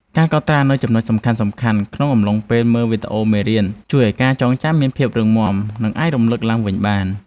ការកត់ត្រានូវចំណុចសំខាន់ៗក្នុងអំឡុងពេលមើលវីដេអូមេរៀនជួយឱ្យការចងចាំមានភាពរឹងមាំ និងអាចរំលឹកឡើងវិញបាន។